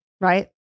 right